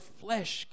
flesh